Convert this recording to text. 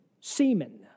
semen